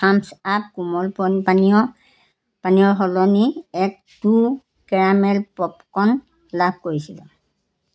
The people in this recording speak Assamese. থাম্ছ আপ কোমল পানীয় পানীয়ৰ সলনি এক্ টু কেৰামেল পপকৰ্ন লাভ কৰিছিলোঁ